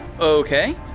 Okay